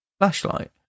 Flashlight